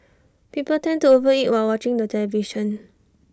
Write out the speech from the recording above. people tend to over eat while watching the television